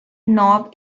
knob